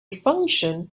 function